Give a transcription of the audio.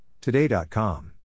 Today.com